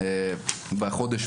בהחלט יש לעשות שינוי דיסקט,